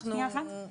למשל בסעיף 5.1,